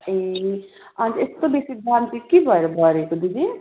ए अन्त यस्तो बेसी दाम चाहिँ के भएर बढेको दिदी